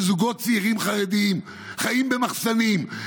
זוגות צעירים חרדים חיים במחסנים,